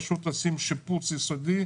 פשוט עושים שיפוץ יסודי,